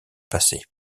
passer